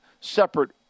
separate